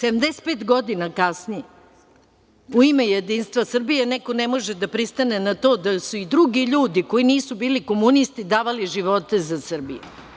Sedamdeset pet godina kasnije u ime jedinstva Srbije neko ne može da pristane na to da su i drugi ljudi koji nisu bili komunisti davali živote za Srbiju.